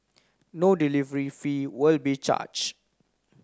no delivery fee will be charge